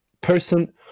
person